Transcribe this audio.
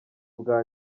bwa